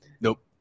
Nope